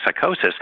psychosis